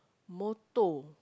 motto